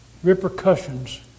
repercussions